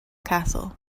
castle